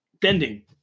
bending